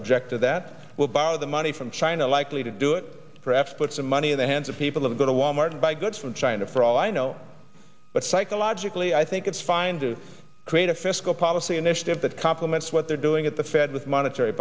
object to that will borrow the money from china likely to do it perhaps put some money in the hands of people who go to wal mart and buy goods from china for all i know but psychologically i think it's fine to create a fiscal policy initiative that complements what they're doing at the fed with monetary